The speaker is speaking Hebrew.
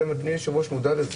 מיילים.